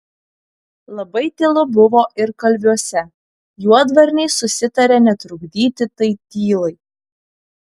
labai tylu buvo ir kalviuose juodvarniai susitarė netrukdyti tai tylai